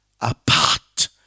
apart